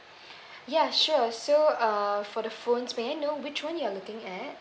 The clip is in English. ya sure so uh for the phones may I know which one you're looking at